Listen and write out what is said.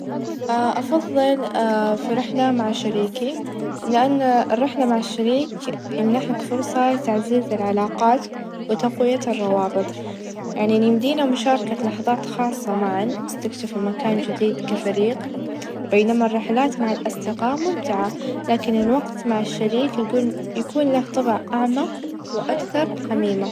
أفظل أن أكون عالقة على جزيرة بمفردي كأنه يكون حاليا لدي مساحة للتفكير ،والتأمل دون أي ظغوطات أو -توت-توتر من وجود عدو، العزلة قد تعطي فرصة استكشاف الذات، بينما البقاء مع العدو بيؤدي إلى صراعات وصعوبات إضافية.